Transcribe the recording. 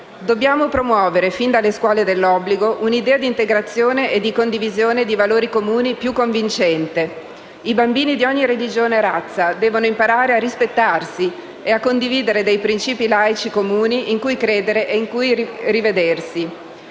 Dobbiamo promuovere, fin dalle scuole dell'obbligo, un'idea di integrazione e di condivisione di valori comuni più convincente. I bambini di ogni religione e razza devono imparare a rispettarsi e a condividere dei principi laici comuni in cui credere ed in cui rivedersi.